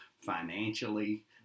financially